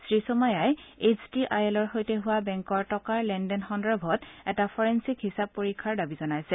শ্ৰীচোমেইয়াই H D I এলৰ সৈতে হোৱা বেংকৰ টকাৰ লেন দেন সন্দৰ্ভত এটা ফৰেপিক হিচাপ পৰীক্ষাৰ দাবী জনাইছে